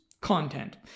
content